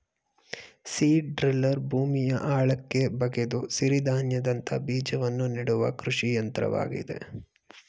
seed driller ಭೂಮಿಯ ಆಳಕ್ಕೆ ಬಗೆದು ಸಿರಿಧಾನ್ಯದಂತ ಬೀಜವನ್ನು ನೆಡುವ ಕೃಷಿ ಯಂತ್ರವಾಗಿದೆ